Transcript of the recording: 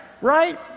right